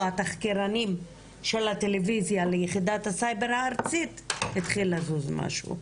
התחקירנים של הטלוויזיה ליחידת הסייבר הארצית התחיל לזוז משהו.